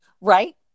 right